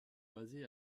basé